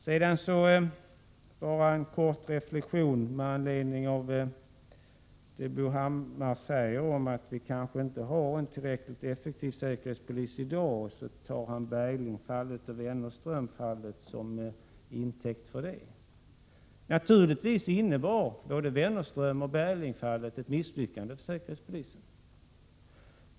Sedan vill jag bara framföra en kort reflektion med anledning av det Bo Hammar säger om att vi kanske inte har en tillräckligt effektiv säkerhetspolis i dag — han tar då Berglingfallet och Wennerströmfallet som intäkt för sitt uttalande. Naturligtvis innebar både Wennerströmfallet och Berglingfallet ett misslyckande för säkerhetspolisen.